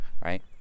right